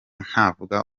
ntavuga